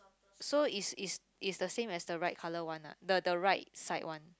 so is is is the same as the right colour one ah the the right side one